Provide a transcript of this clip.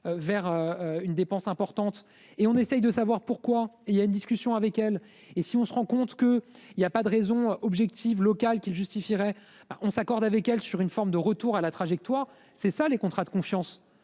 vers une dépense importante et on essaie de savoir pourquoi il y a une discussion avec elle et si on se rend compte que il y a pas de raison objective local qui justifieraient alors on s'accorde avec elle sur une forme de retour à la trajectoire. C'est ça les contrats de confiance,